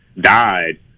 died